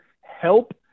help